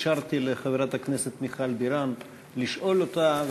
אישרתי לחברת הכנסת מיכל בירן לשאול אותה,